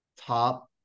top